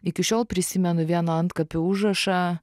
iki šiol prisimenu vieno antkapio užrašą